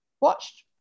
Watched